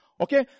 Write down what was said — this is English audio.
Okay